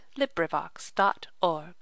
LibriVox.org